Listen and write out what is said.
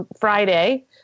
Friday